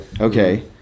Okay